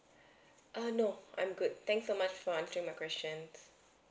err no I'm good thanks so much for answering my questions